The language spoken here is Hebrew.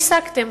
השגתם.